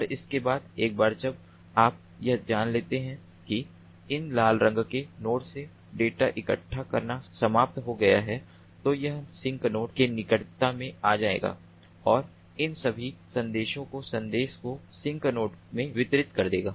और इसके बाद एक बार जब आप यह जान लेते हैं कि इन लाल रंग के नोड से डेटा इकट्ठा करना समाप्त हो गया है तो यह सिंक नोड के निकटता में आ जाएगा और इन सभी संदेशों को संदेश को सिंक नोड में वितरित कर देगा